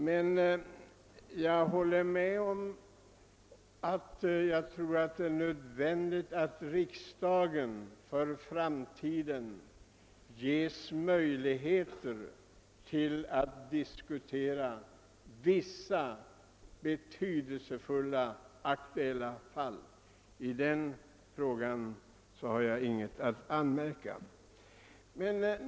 Jag håller emellertid med om att det torde vara nödvändigt att riksdagen för framtiden får möjligheter att diskutera vissa aktuella fall av betydelse. Därvidlag har jag ingenting att erinra.